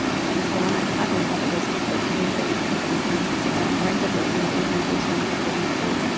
when i was done, i happened to have a list of thirteen things. i didn't mean to sit down and write the thirteen things mentally strong people don't do.